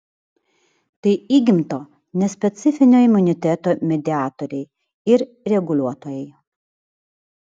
tai įgimto nespecifinio imuniteto mediatoriai ir reguliuotojai